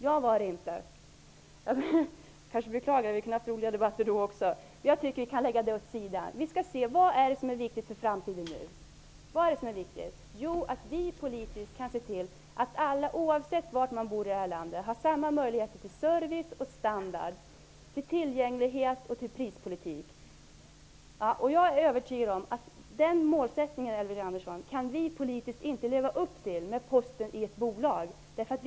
Jag var inte det, vilket jag beklagar -- vi kunde ju ha haft roliga debatter då också. Men jag tycker att vi kan lämna det därhän. Vad är det som är viktigt för framtiden? Jo, att vi politiskt kan se till att alla i det här landet -- oavsett bostadsort -- har samma möjligheter beträffande service, standard, tillgänglighet och prispolitik. Jag är övertygad, Elving Andersson, om att vi politiskt inte kan leva upp till den målsättningen om Posten är ett bolag.